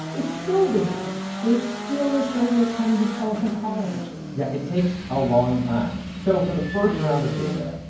it's still being trained. they're still showing it tons of elephant call images yeah, it takes a long time. so for the first round of data,